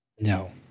No